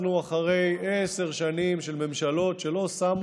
אנחנו אחרי עשר שנים של ממשלות שלא שמו